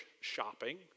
shopping